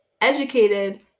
educated